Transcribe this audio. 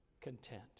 content